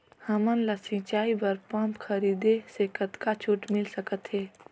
हमन ला सिंचाई बर पंप खरीदे से कतका छूट मिल सकत हे?